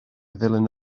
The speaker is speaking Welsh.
ddilyn